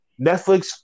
Netflix